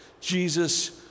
Jesus